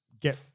get